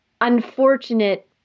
unfortunate